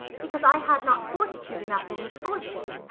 because i had not fortitude enough in misfortune.